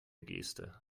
geste